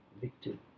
victim